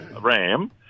Ram